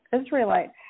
israelite